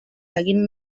seguint